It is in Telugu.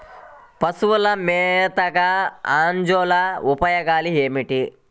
పశువుల మేతగా అజొల్ల ఉపయోగాలు ఏమిటి?